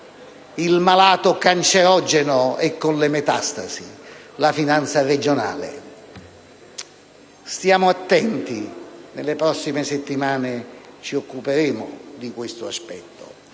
il malato canceroso, e con le metastasi: la finanza regionale. Stiamo attenti, nelle prossime settimane ci occuperemo di questo aspetto.